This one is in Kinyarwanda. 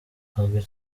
azwi